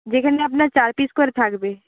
যেখানে আপনার চার পিস করে থাকবে